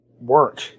work